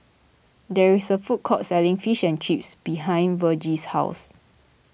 there is a food court selling Fish and Chips behind Vergie's house